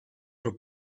for